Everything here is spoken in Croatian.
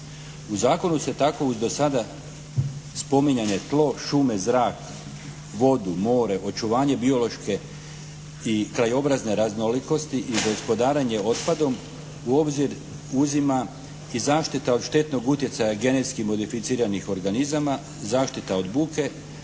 U zakonu se tako uz dosada spominjanje tlo, šume, zrak, vodu, more, očuvanje biološke i krajobrazne raznolikosti i gospodarenje otpadom u obzir uzima i zaštita od štetnog utjecaja genetski modificiranih organizama, zaštita od buke,